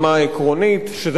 שזה מה שצריך לעשות,